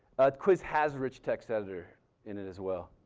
quiz has rich text editor in it as well.